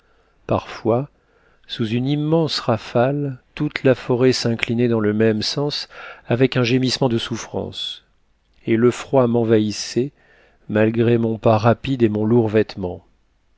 parfois sous une immense rafale toute la forêt s'inclinait dans le même sens avec un gémissement de souffrance et le froid m'envahissait malgré mon pas rapide et mon lourd vêtement